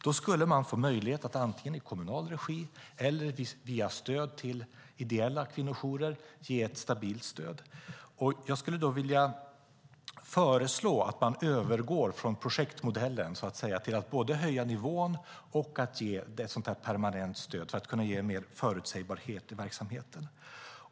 Då skulle man få möjlighet att antingen i kommunal regi eller via stöd till ideella kvinnojourer ge ett stabilt stöd. Jag föreslår att man övergår från projektmodellen till att både höja nivån och ge ett permanent stöd för att kunna få mer förutsägbarhet i verksamheten.